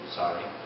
sorry